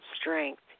strength